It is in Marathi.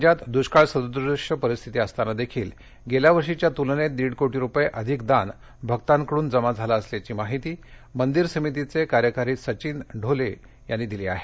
राज्यात दृष्काळ सदृश्य परिस्थिती असताना देखील गेल्या वर्षीच्या तुलनेत दीड कोटी रुपये अधिक दान भक्तांकडून जमा झालं असल्याची माहिती मंदिर समितीचे कार्यकारी अधिकारी सचिन ढोले यांनी दिली आहे